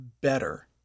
better